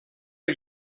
are